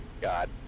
God